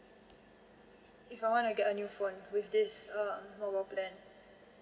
if I want to get a new phone with this uh mobile plan